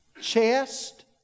chest